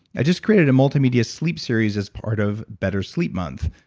i just created a multimedia sleep series as part of better sleep month,